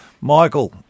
Michael